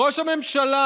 ראש הממשלה,